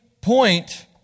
point